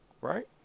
right